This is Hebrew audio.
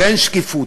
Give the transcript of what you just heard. ואין שקיפות.